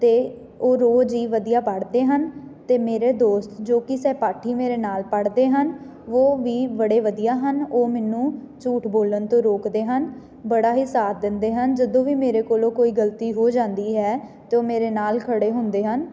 ਅਤੇ ਉਹ ਰੋਜ਼ ਹੀ ਵਧੀਆ ਪੜ੍ਹਦੇ ਹਨ ਅਤੇ ਮੇਰੇ ਦੋਸਤ ਜੋ ਕਿ ਸਹਿਪਾਠੀ ਮੇਰੇ ਨਾਲ਼ ਪੜ੍ਹਦੇ ਹਨ ਉਹ ਵੀ ਬੜੇ ਵਧੀਆ ਹਨ ਉਹ ਮੈਨੂੰ ਝੂਠ ਬੋਲਣ ਤੋਂ ਰੋਕਦੇ ਹਨ ਬੜਾ ਹੀ ਸਾਥ ਦਿੰਦੇ ਹਨ ਜਦੋਂ ਵੀ ਮੇਰੇ ਕੋਲੋਂ ਕੋਈ ਗਲਤੀ ਹੋ ਜਾਂਦੀ ਹੈ ਅਤੇ ਉਹ ਮੇਰੇ ਨਾਲ਼ ਖੜ੍ਹੇ ਹੁੰਦੇ ਹਨ